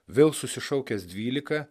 vėl susišaukęs dvylika